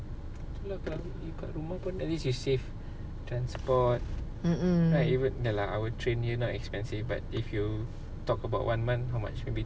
kalau you kat rumah pun at least you save transport right if ya lah our train here not expensive but if you talk about one month how much maybe